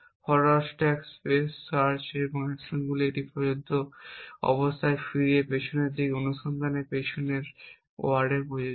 forward stack space search অ্যাকশনগুলি একটি প্রদত্ত অবস্থায় পিছনের দিকে অনুসন্ধানের পিছনের ওয়ার্ডে প্রযোজ্য